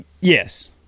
Yes